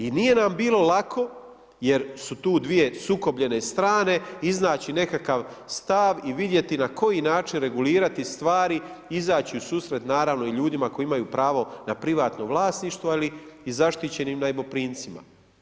I nije nam bilo lako jer su tu dvije sukobljene strane, iznaći nekakav stav i vidjeti na koji način regulirati stvari, izaći u susret, naravno, i ljudima koji imaju pravo na privatno vlasništvo, ali i zaštićenim najmoprimcima.